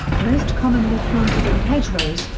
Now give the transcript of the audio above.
most commonly planted in hedgerows,